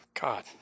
God